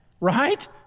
right